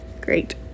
great